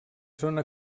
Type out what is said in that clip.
zona